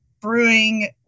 brewing